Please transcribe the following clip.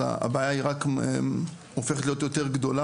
אז הבעיה היא רק הופכת להיות יותר גדולה